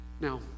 Now